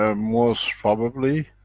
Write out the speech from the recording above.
ah most probably,